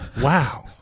Wow